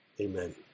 amen